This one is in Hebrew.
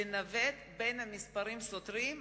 לנווט בין מספרים סותרים,